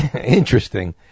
interesting